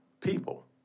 people